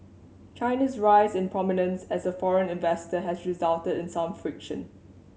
China's rise in prominence as a foreign investor has resulted in some friction